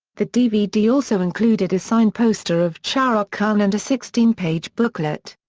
the dvd also included a signed poster of shahrukh khan and a sixteen page booklet.